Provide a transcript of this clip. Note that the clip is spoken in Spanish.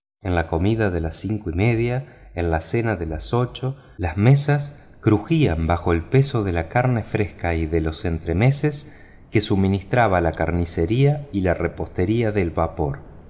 en la comida de las cinco y media en la cena de las ocho las mesas crujían bajo el peso de la carne fresca y de los entremeses que suministraba la camiceria y la repostería del vapor